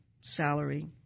salary